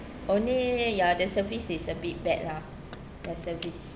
only ya the service is a bit bad lah the service